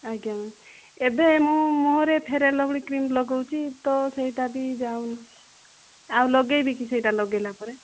ଆଜ୍ଞା ମ୍ୟାମ ଏବେ ମୁଁ ମୁଁହରେ ଫ୍ୟାର ଆଣ୍ଡ ଲଭଲି କ୍ରିମ ଲଗାଉଛି ତ ସେଇଟା ବି ଯାଉ ଆଉ ଲଗେଇବି କି ସେଇଟା ଲଗେଇଲା ପରେ